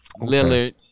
Lillard